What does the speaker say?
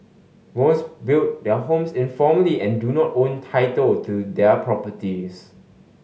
most built their homes informally and do not own title to their properties